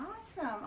Awesome